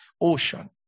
ocean